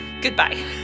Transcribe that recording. Goodbye